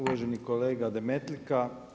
Uvaženi kolega Demetlika.